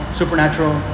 supernatural